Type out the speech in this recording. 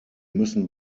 müssen